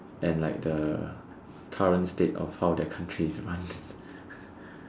and like the current state of how their country is runned